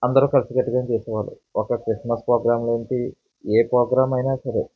అందరూ కలిసి కట్టుగా చేసేవాళ్ళు ఒక క్రిస్మస్ ప్రోగ్రామ్లు ఏంటి ఏ ప్రోగ్రామ్ అయినా సరే